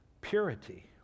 purity